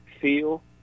feel